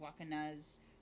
Wakanas